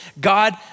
God